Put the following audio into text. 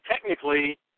technically